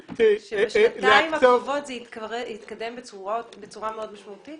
שבשנתיים הקרובות זה יתקדם בצורה מאוד משמעותית.